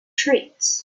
treats